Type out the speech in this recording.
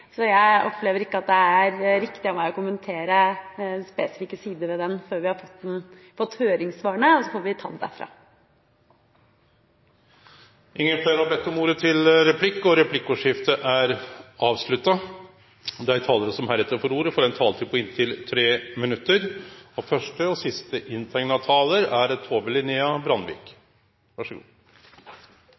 så jeg opplever ikke at det er riktig av meg å kommentere spesifikke sider ved den før vi har fått høringssvarene, og så får vi ta det derfra. Replikkordskiftet er slutt. Dei talarane som heretter får ordet, har ei taletid på inntil 3 minutt. Jeg forventer ikke å forlenge debatten mye, men når BPA og spørsmål om det kommer opp, er